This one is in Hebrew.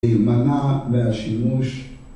‫להימנע מהשימוש.